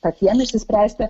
patiem išsispręsti